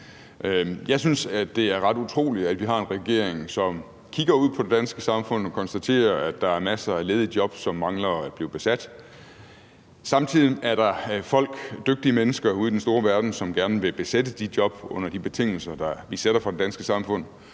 Jeg synes, at det er ret utroligt, at vi har en regering, som kigger ud på det danske samfund og konstaterer, at der er masser af ledige jobs, som mangler at blive besat, og at der samtidig er dygtige mennesker ude i den store verden, som gerne vil besætte de job under de betingelser, vi sætter fra det danske samfunds